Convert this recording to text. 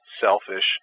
selfish